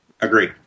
Agree